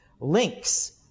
links